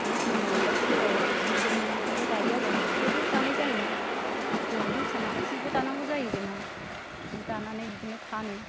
बिदिनो आं माबेबा समफ्राव जि जोम फोरबो दायो आरो आं जिफोरबो दानाय जायो बर'नि फिसा नालाय जिबो दानांगौ जायो जोंहा जि दानानै बिदिनो फानो